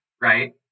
right